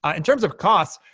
ah in terms of costs,